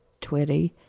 Twitty